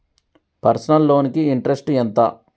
Personal loan కి interest ఎంత?